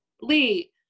Lee